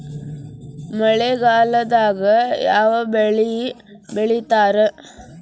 ಮಳೆಗಾಲದಾಗ ಯಾವ ಬೆಳಿ ಬೆಳಿತಾರ?